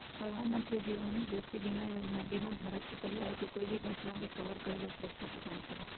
प्रधानमंत्री जीवन ज्योति बीमा योजना बीमा धारक के परिवार के कोई भी घटना के कवर करे ला सुरक्षा प्रदान करा हई